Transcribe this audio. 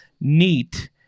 neat